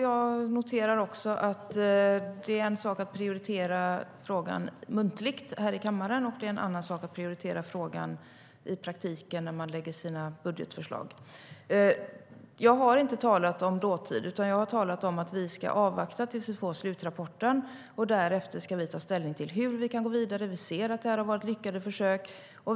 Herr talman! Det är en sak att prioritera frågan muntligt här i kammaren, en annan att prioritera den i praktiken när man lägger fram sina budgetförslag. Jag har inte talat om dåtid. Jag har talat om att vi ska avvakta tills vi får slutrapporten. Därefter ska vi ta ställning till hur vi kan gå vidare. Vi ser att det här har varit lyckade försök.